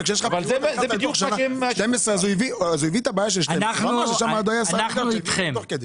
אז הוא הביא את הבעיה של 12' שאמר ששם היה שר אוצר שהביא את זה תוך כדי.